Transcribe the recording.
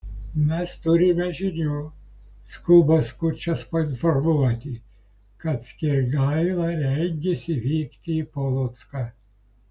mes turime žinių skuba skučas painformuoti kad skirgaila rengiasi vykti į polocką